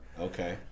Okay